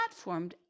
platformed